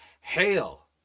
hail